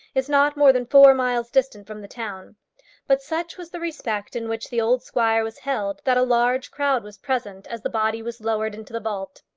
is not more than four miles distant from the town but such was the respect in which the old squire was held that a large crowd was present as the body was lowered into the vault.